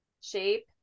shape